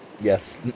yes